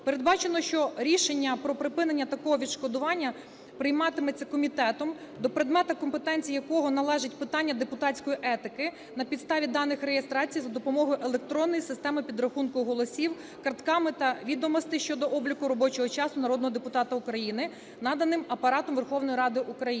Передбачено, що рішення про припинення такого відшкодування прийматиметься комітетом до предмету компетенції якого належить питання депутатської етики на підставі даних реєстрації за допомогою електронної системи підрахунку голосів картками та відомостей щодо обліку робочого часу народних депутат України, наданих Апаратом Верховної Ради України.